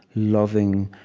loving,